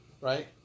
right